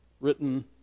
written